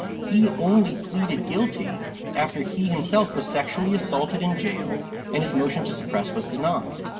he only pleaded guilty after he, himself, was sexually assaulted in jail and his motion to suppress was denied.